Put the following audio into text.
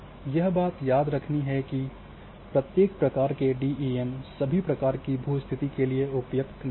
यह बात याद रखनी है कि प्रत्येक प्रकार के डीईएम सभी प्रकार की भू स्थिति के लिए उपयुक्त नहीं हैं